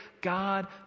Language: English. God